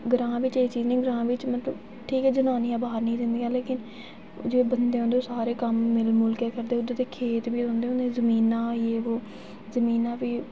ग्रांऽ बिच एह् चीज़ निं ग्रांऽ बिच मतलब ठीक ऐ जनानियां बाह्र नेईं जंदियां लेकिन जेह्ड़े बंदे होंदे सारे कम्म मिल मुल के करदे उद्धर जेह्के खेत्त बी होंदे जमीनां होइये जि'यां यह् वो जमीनां बी